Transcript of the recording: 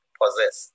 possess